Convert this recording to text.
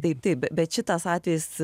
taip taip bet šitas atvejis